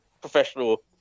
professional